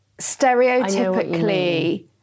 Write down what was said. stereotypically